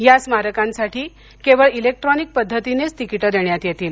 या स्मारकांसाठी केवळ ईलेक्ट्रॉनिक पद्धतीनेच तिकीटे देण्यात येतील